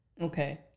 Okay